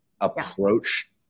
approach